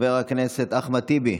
חבר הכנסת אחמד טיבי,